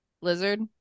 lizard